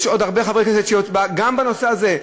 יש עוד הרבה חברי כנסת, גם בנושא הזה,